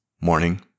Morning